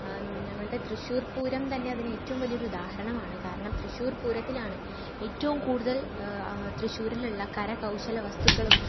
ഞങ്ങളുടെ തൃശ്ശൂർ പൂരം തന്നെ അതിന് ഏറ്റവും വലിയ ഒരു ഉദാഹരണമാണ് കാരണം തൃശ്ശൂർ പൂരത്തിലാണ് ഏറ്റവും കൂടുതൽ തൃശ്ശൂരിലുള്ള കരകൗശല വസ്തുക്കളും